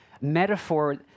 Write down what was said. metaphor